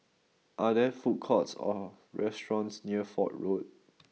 are there food courts or restaurants near Fort Road